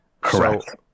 Correct